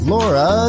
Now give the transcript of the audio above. Laura